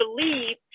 believe